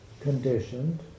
conditioned